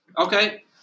Okay